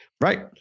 Right